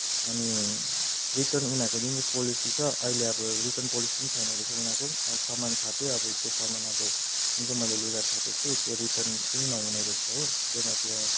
अनि रिटर्न उनीहरूको जुन चाहिँ पोलिसी छ अहिले अब रिटर्न पोलिसी पनि छैन रहेछ उनीहरूको अहिले सामान थाप्यो अब त्यो सामान अब जुन चाहिँ मैले लुगा थापेको छु त्यो रिटर्न पनि नहुने रहेछ हो त्योमाथि अब